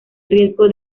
riesgo